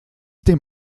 dem